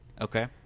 Okay